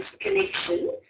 connection